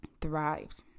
thrived